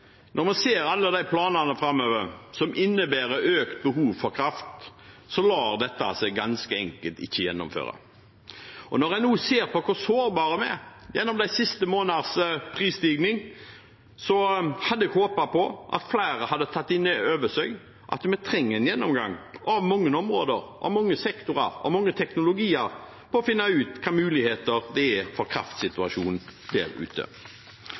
når vi ser alle planene framover som innebærer økt behov for kraft, så lar dette seg ganske enkelt ikke gjennomføre. Og når en ser hvor sårbare vi er, gjennom de siste måneders prisstigning, hadde jeg håpet på at flere hadde tatt inn over seg at vi trenger en gjennomgang av mange områder, av mange sektorer, av mange teknologier, for å finne ut hvilke muligheter det er for kraftsituasjonen der ute.